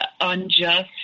unjust